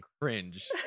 cringe